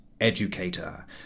educator